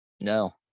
No